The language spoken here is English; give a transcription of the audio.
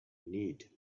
need